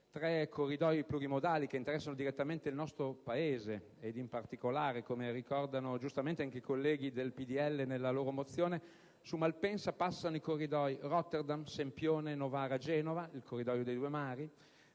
Tre corridoi plurimodali interessano direttamente il nostro Paese ed in particolare, come ricordano giustamente anche i senatori del PdL nella loro mozione, su Malpensa passano i corridoi Rotterdam-Sempione-Novara-Genova (Corridoio dei due mari),